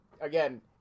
Again